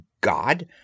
God